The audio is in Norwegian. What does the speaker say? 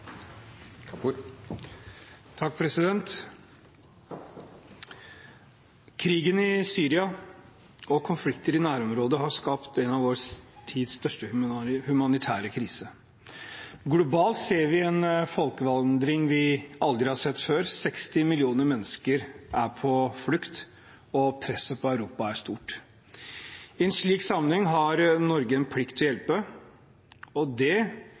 skapt en av vår tids største humanitære kriser. Globalt ser vi en folkevandring vi aldri har sett før. 60 millioner mennesker er på flukt, og presset på Europa er stort. I en slik sammenheng har Norge en plikt til å hjelpe, og det